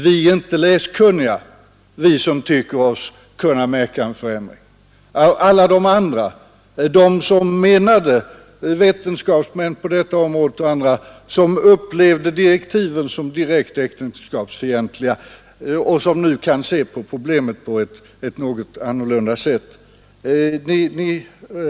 Vi som tycker oss märka en förändring — både vetenskapsmän på detta område och andra som har upplevt direktiven som direkt äktenskapsfientliga och som nu kan se på problemet på ett något annorlunda sätt — är med andra ord inte läskunniga.